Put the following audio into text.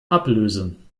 ablösen